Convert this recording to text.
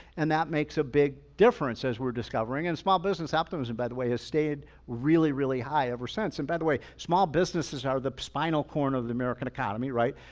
and that makes a big difference as we're discovering. and small business optimism, by the way, has stayed really, really high ever since. and by the way, small businesses are the spinal corn of the american economy, right?